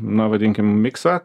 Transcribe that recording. na vadinkim miksą